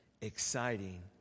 exciting